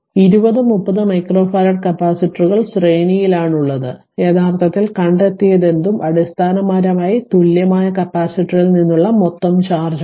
20 30 microfarad കപ്പാസിറ്ററുകൾ ശ്രേണിയിലാണുള്ളത് യഥാർത്ഥത്തിൽ കണ്ടെത്തിയതെന്തും അടിസ്ഥാനപരമായി തുല്യമായ കപ്പാസിറ്ററിൽ നിന്നുള്ള മൊത്തം ചാർജാണ്